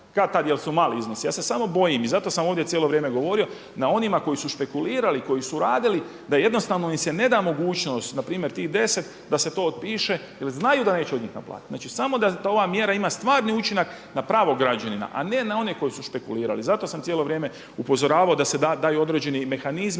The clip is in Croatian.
kad-tad jel su mali iznosi. Ja se samo bojim i zato sam ovdje cijelo vrijeme govorio na onima koji su špekulirali, koji su radili da jednostavno im se ne da mogućnost npr. tih deset da se to otpiše jel znaju da neće od njih naplatiti. Znači da samo ova mjera ima stvarni učinak na pravog građanina, a ne na one koji su špekulirali. Zato sam cijelo vrijeme upozoravao da se daju određeni mehanizmi,